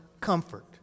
comfort